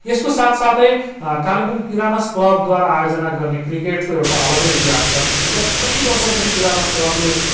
यसको साथसाथै कालेबुङ पिरानस क्लबद्वारा आयोजन गर्ने क्रिकेटको एउटा अलगै इतिहास छ विगत धेरै वर्षदेखि पिरानस क्लबले